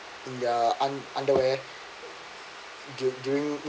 in their un~ underwear du~ during